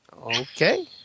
okay